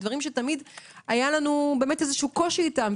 דברים שתמיד היה לנו קושי איתם.